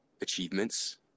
achievements